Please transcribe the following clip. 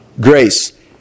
Grace